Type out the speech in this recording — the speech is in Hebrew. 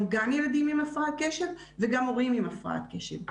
גם ילדים עם הפרעת קשב וגם הורים עם הפרעת קשב.